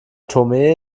tomé